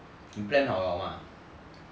你 plan 好了吗